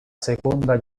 seconda